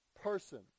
person